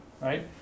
right